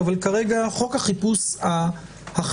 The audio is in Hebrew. אבל כרגע הצעת חוק החיפוש החדש,